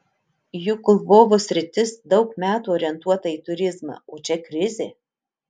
juk lvovo sritis daug metų orientuota į turizmą o čia krizė